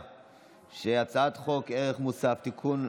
את הצעת חוק מס ערך מוסף (תיקון,